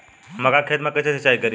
मका के खेत मे कैसे सिचाई करी?